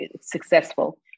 successful